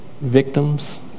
victims